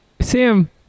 Sam